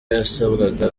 yasabwaga